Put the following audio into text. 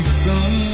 sun